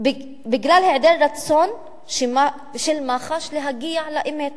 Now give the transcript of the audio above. בגלל היעדר רצון של מח"ש להגיע לאמת.